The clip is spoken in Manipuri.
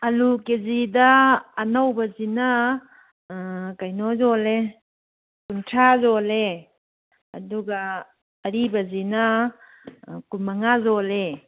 ꯑꯥꯜꯂꯨ ꯀꯦ ꯖꯤꯗ ꯑꯅꯧꯕꯁꯤꯅ ꯀꯩꯅꯣ ꯌꯣꯜꯂꯦ ꯀꯨꯟꯊ꯭ꯔꯥ ꯌꯣꯜꯂꯦ ꯑꯗꯨꯒ ꯑꯔꯤꯕꯁꯤꯅ ꯀꯨꯟ ꯃꯉꯥ ꯌꯣꯜꯂꯦ